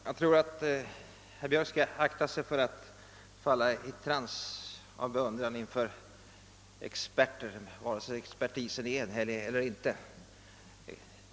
Herr talman! Jag tror att herr Björck skall akta sig för att falla i trance av beundran inför experter, vare sig de är eniga eller inte.